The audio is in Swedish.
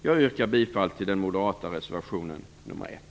Jag yrkar bifall till den moderata reservationen nr 1.